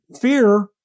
fear